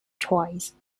twice